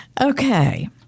Okay